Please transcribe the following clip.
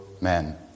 men